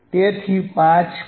તેથી 5